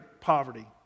poverty